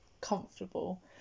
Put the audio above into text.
comfortable